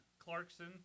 Clarkson